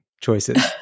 choices